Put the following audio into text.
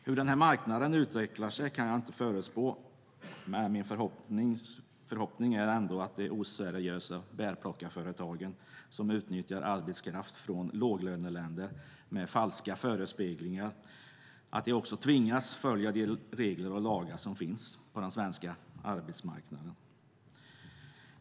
Hur marknaden utvecklar sig kan jag inte förutspå, men min förhoppning är att de oseriösa bärplockarföretagen, som med falska förespeglingar utnyttjar arbetskraft från låglöneländer, tvingas följa de regler och lagar som finns på den svenska arbetsmarknaden.